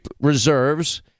reserves